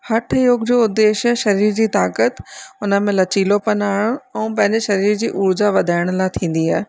हठयोग जो उद्देश्य सरीर जी ताक़त हुन में लचिलोपन आणण ऐं पंहिंजे सरीर जी ऊर्जा वधाइण लाइ थींदी आहे